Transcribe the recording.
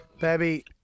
Baby